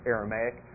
Aramaic